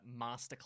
Masterclass